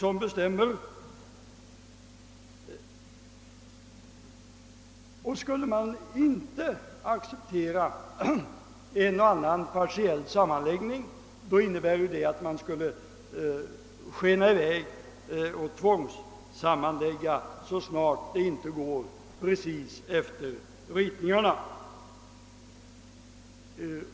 Om man inte skulle acceptera en och annan partiell sammanläggning, skulle det innebära att man får rusa åstad och tvångssammanlägga kommuner så snart det inte går exakt efter ritningarna.